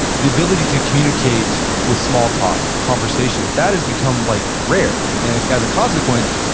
the the ability to communicate with small talk, conversation, that has become like rare and as a consequence,